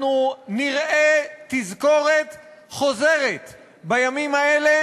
אנחנו נראה תזכורת חוזרת בימים האלה,